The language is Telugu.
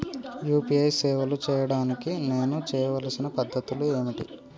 యూ.పీ.ఐ సేవలు చేయడానికి నేను చేయవలసిన పద్ధతులు ఏమిటి?